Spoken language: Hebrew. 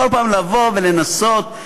כל פעם לבוא ולנסות,